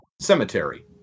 Cemetery